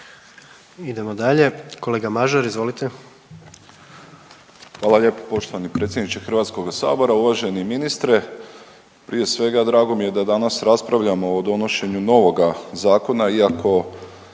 Idemo dalje, kolega Mažar izvolite. **Mažar, Nikola (HDZ)** Hvala lijepo poštovani predsjedniče Hrvatskoga sabora. Uvaženi ministre prije svega drago mi je da danas raspravljamo o donošenju novoga zakona iako